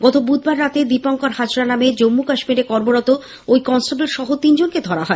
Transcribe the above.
গত বুধবার রাতে দীপঙ্কর হাজরা নামে জম্মু কাশ্মীরে কর্মরত ঐ কনস্টেবল সহ তিনজনকে ধরা হয়